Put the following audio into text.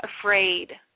afraid